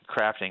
crafting